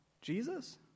Jesus